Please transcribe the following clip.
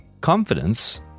confidence